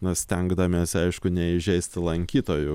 na stengdamiesi aišku neįžeisti lankytojų